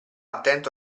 attento